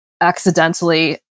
accidentally